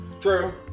True